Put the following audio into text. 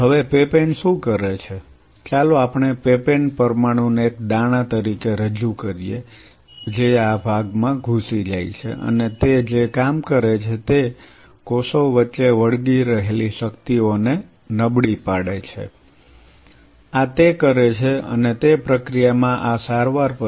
હવે પેપેન શું કરે છે ચાલો આપણે પેપેન પરમાણુને એક દાણા તરીકે રજૂ કરીએ જે આ ઝોનમાં ઘુસી જાય છે અને તે જે કામ કરે છે તે કોષો વચ્ચે વળગી રહેલી શક્તિઓને નબળી પાડે છે આ તે કરે છે અને તે પ્રક્રિયામાં આ સારવાર પછી